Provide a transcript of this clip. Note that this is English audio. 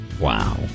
Wow